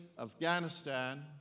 Afghanistan